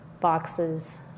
boxes